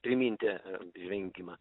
priminti žvengimą